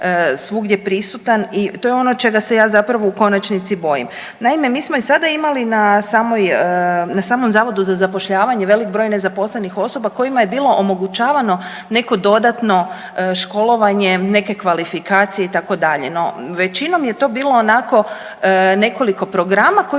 svugdje prisutan i to je ono čega se ja zapravo u konačnici bojim. Naime, mi smo i sada imali na samoj, na samom zavodu za zapošljavanje velik broj nezaposlenih osoba kojima je bilo omogućavano neko dodatno školovanje, neke kvalifikacije itd., no većinom je to bilo onako nekoliko programa koji